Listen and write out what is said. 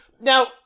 Now